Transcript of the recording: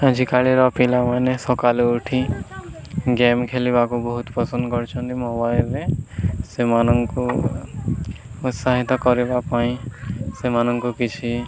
ଆଜିକାଲିର ପିଲାମାନେ ସକାଳୁ ଉଠି ଗେମ୍ ଖେଳିବାକୁ ବହୁତ ପସନ୍ଦ କରୁଛନ୍ତି ମୋବାଇଲ୍ରେ ସେମାନଙ୍କୁ ଉତ୍ସାହିତ କରିବା ପାଇଁ ସେମାନଙ୍କୁ କିଛି